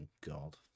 God